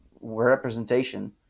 representation